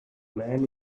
man